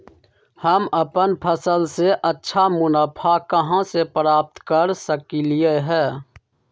हम अपन फसल से अच्छा मुनाफा कहाँ से प्राप्त कर सकलियै ह?